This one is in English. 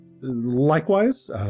Likewise